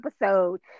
episode